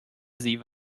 sie